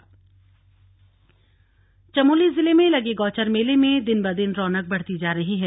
गौचर मेला चमोली जिले में लगे गौचर मेले में दिन ब दिन रौनक बढ़ती जा रही है